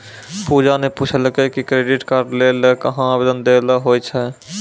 पूजा ने पूछलकै कि क्रेडिट कार्ड लै ल कहां आवेदन दै ल होय छै